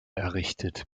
errichtet